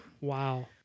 Wow